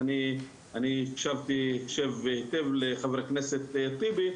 ואני הקשבתי עכשיו היטב לחבר הכנסת טיבי,